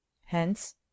hence